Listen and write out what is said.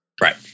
Right